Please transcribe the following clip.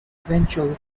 eventually